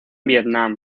vietnam